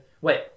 wait